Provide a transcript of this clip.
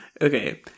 Okay